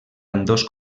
ambdós